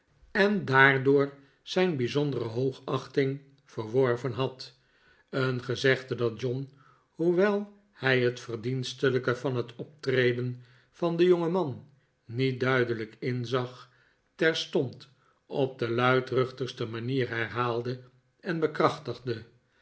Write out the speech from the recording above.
en daardoor zijn bijzondere hoogachting verworven had een gezegde dat john hoewel hij het verdienstelijke van het optreden van den jongeman niet duidelijk inzag terstond op de luidruchtigste manier herhaalde en bekrachtigde laat hij